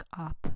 up